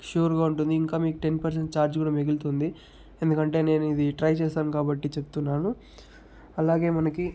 ష్యూర్గా ఉంటుంది ఇంకా మీకు టెన్ పర్సెంట్ ఛార్జ్ కూడా మిగులుతుంది ఎందుకంటే నేను ఇదిట్రై చేశాను కాబట్టి చెప్తున్నాను అలాగే మనకి